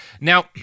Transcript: Now